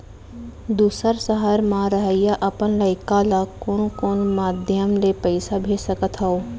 दूसर सहर म रहइया अपन लइका ला कोन कोन माधयम ले पइसा भेज सकत हव?